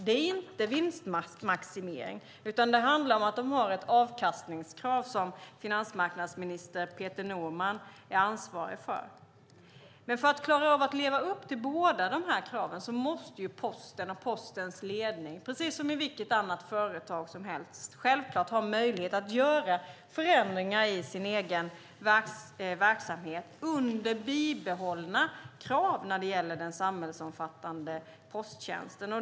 Det är inte vinstmaximering, utan det handlar om att de har ett avkastningskrav som finansmarknadsminister Peter Norman är ansvarig för. För att klara av att leva upp till båda dessa krav måste Posten och Postens ledning, precis som i vilket annat företag som helst, självklart ha möjlighet att göra förändringar i sin egen verksamhet under bibehållna krav när det gäller den samhällsomfattande posttjänsten.